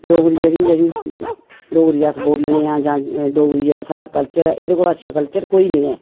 डोगरी जेह्ड़ी जेह्ड़ी डोगरी अस बोलने आं जां डोगरी जेह्ड़ा साढ़ा कल्चर ऐ एह्दे कोला अच्छा कल्चर कोई निं ऐ